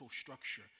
structure